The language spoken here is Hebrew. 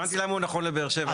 הבנתי למה הוא נכון לבאר שבע,